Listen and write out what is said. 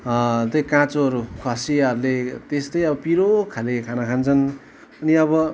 त्यही काँचोहरू खसियाहरूले त्यस्तै अब पिरोखाले खाना खान्छन् अनि अब